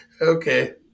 Okay